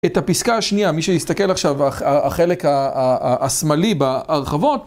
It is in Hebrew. את הפסקה השנייה, מי שיסתכל עכשיו, החלק השמאלי בהרחבות